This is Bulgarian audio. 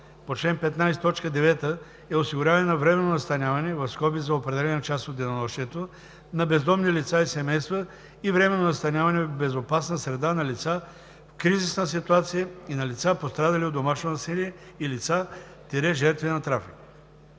по чл. 15, т. 9 е осигуряване на временно настаняване (за определена част от денонощието) на бездомни лица и семейства и временно настаняване в безопасна среда на лица в кризисна ситуация и на лица, пострадали от домашно насилие, и лица – жертви на трафик.